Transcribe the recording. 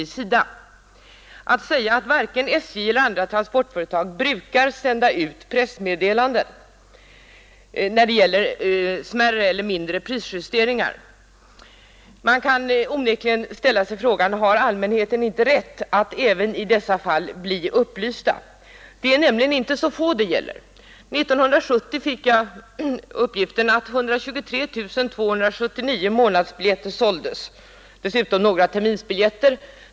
Det sägs i svaret att varken SJ eller andra transportföretag brukar sända ut pressmeddelande när det gäller mindre prisjusteringar. Man kan onekligen ställa sig frågan: Har allmänheten inte rätt att även i dessa fall bli upplyst? Det är nämligen inte så få det gäller. För 1970 har jag fått uppgiften att det såldes 123 279 månadsbiljetter och dessutom några terminsbiljetter.